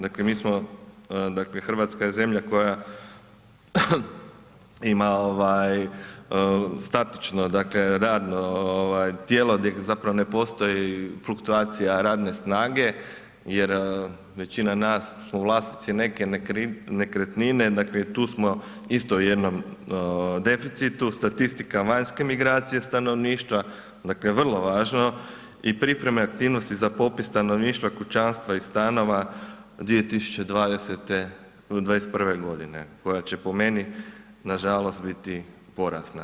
Dakle mi smo, Hrvatska je zemlja koja ima ovaj statično dakle radno ovaj tijelo gdje zapravo ne postoji fluktuacija radne snage jer većina nas smo vlasnici neke nekretnine dakle i tu smo isto u jednom deficitu statistika vanjske migracije stanovništva, dakle vrlo važno i pripreme aktivnosti za popis stanovništva kućanstva i stanova 2020. do '21. godine koja će po meni nažalost biti porazna.